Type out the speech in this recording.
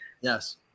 Yes